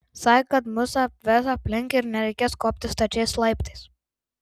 sakė kad mus apves aplink ir nereikės kopti stačiais laiptais